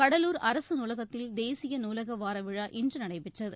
கடலூர் அரசுநூலகத்தில் தேசியநூலகவாரவிழா இன்றுநடைபெற்றது